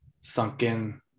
sunken